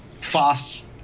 fast